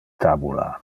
tabula